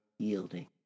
yielding